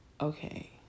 okay